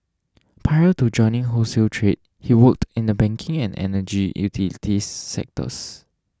prior to joining wholesale trade he worked in the banking and energy utilities sectors